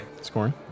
scoring